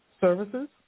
services